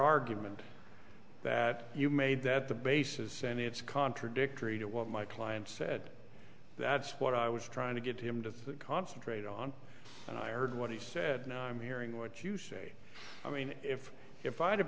argument that you made that the basis and it's contradictory to what my client said that's what i was trying to get him to concentrate on i heard what he said i'm hearing what you say i mean if if i ha